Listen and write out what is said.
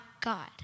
God